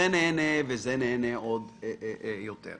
זה נהנה וזה נהנה עוד יותר.